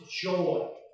joy